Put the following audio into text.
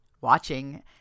watching